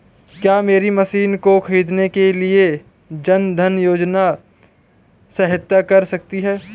क्या मेरी मशीन को ख़रीदने के लिए जन धन योजना सहायता कर सकती है?